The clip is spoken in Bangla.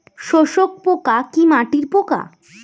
শোষক পোকা কি মাটির পোকা?